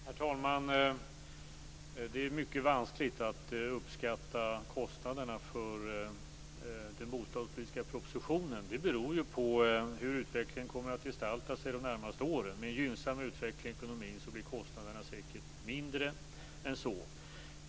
Herr talman! Det är mycket vanskligt att uppskatta kostnaderna för det som föreslås i den bostadspolitiska propositionen. Det beror på hur utvecklingen kommer att gestalta sig de närmaste åren. Med en gynnsam utveckling i ekonomin blir kostnaderna säkert mindre än så.